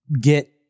get